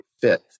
fit